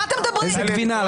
איזה גבינה?